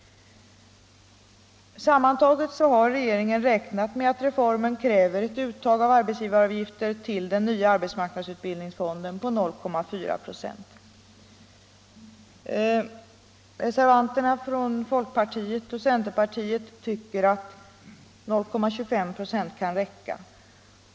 Sammantaget har regeringen räknat med att reformen kräver ett uttag av arbetsgivaravgifter till den nya arbetsmarknadsutbildningsfonden på 0,4 96. Reservanterna från folkpartiet och centerpartiet tycker att 0,25 96 kan räcka.